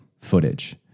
footage